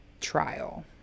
trial